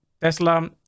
Tesla